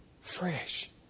Fresh